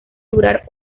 durar